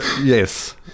Yes